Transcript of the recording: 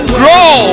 grow